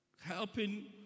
helping